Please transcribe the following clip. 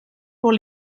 pour